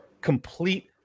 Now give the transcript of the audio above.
complete